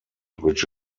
which